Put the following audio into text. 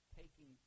taking